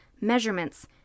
measurements